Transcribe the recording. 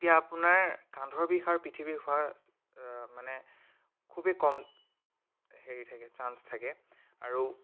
তেতিয়া আপোনাৰ কান্ধৰ বিষ আৰু পিঠি বিষ হোৱাৰ মানে খুবেই কম হেৰি থাকে চান্স থাকে আৰু তেনেকুৱা